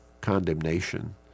condemnation